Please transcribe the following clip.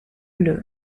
bleu